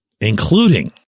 including